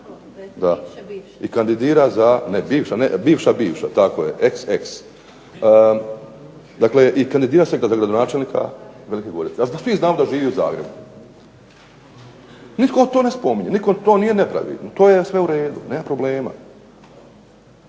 se ne razumije./… Bivša bivša, tako je, ex ex. Dakle, i kandidira se za gradonačelnika Velike Gorice, a svi znamo da živi u Zagrebu. Nitko to ne spominje, nikom to nije nepravilno, to je sve u redu, nema problema.